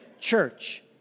church